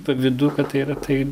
pavydu kad tai yra tai